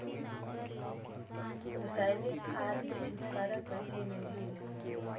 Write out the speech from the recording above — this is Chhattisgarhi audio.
रसायनिक खाद ले छुटकारा कइसे मिलही?